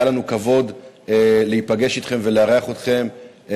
היה לנו כבוד להיפגש אתכם ולארח אתכם.